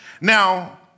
Now